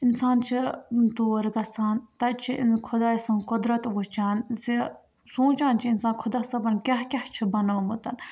اِنسان چھِ تور گژھان تَتہِ چھِ أمۍ خۄداے سُنٛد قۄدرَت وٕچھان زِ سونٛچان چھِ اِنسان خۄدا صٲبَن کیٛاہ کیٛاہ چھُ بَنومُت